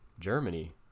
Germany